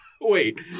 Wait